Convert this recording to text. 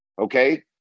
okay